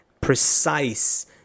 precise